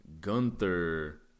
Gunther